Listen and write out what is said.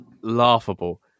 laughable